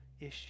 issue